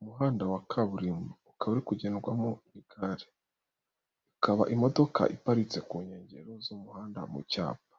Umuhanda wa kaburimbo ukaba uri kugendwamo n'igare, akaba imodoka iparitse ku nkengero z'umuhanda mu cyapa,